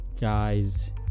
guys